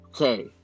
okay